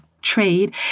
trade